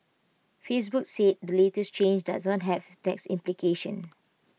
Facebook said the latest change does not have tax implications